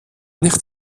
nicht